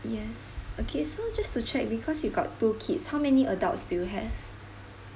yes okay so just to check because you got two kids how many adults do you have